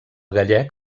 gallec